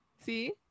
See